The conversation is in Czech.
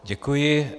Děkuji.